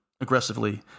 aggressively